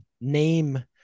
name